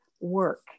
work